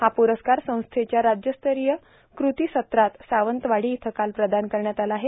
हा पुरस्कार संस्थेच्या राज्यस्तरीय क्रीतसत्रात सावंतवाडी इथं काल प्रदान करण्यात आला आहे